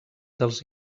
dels